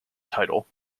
title